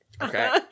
okay